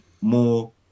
more